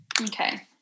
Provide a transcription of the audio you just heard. Okay